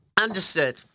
Understood